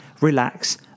relax